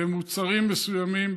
במוצרים מסוימים,